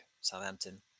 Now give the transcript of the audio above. Southampton